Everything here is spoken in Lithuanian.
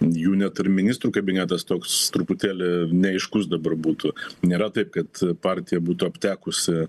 jų net ir ministrų kabinetas toks truputėlį neaiškus dabar būtų nėra taip kad partija būtų aptekusi